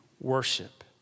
worship